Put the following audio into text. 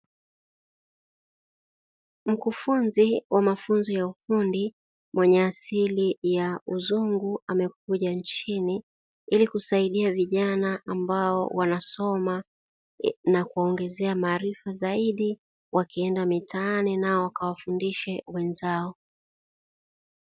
Mkufunzi wa mafunzo ya ufundi mwenye asili ya uzungu amekuja nchini, ili kusaidia vijana ambao wanasoma na kuwaongezea maarifa zaidi. Wakienda mitaani nao wakawafundishe wenzao.